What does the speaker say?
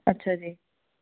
ਅੱਛਾ ਜੀ